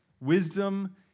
Wisdom